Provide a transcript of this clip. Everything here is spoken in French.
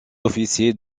officiers